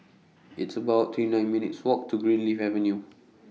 It's about twenty nine minutes' Walk to Greenleaf Avenue